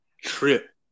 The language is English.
trip